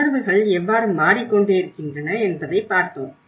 உணர்வுகள் எவ்வாறு மாறிக்கொண்டே இருக்கின்றன என்பதை பார்த்தோம்